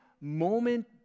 moment